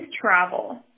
travel